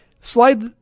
slide